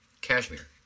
cashmere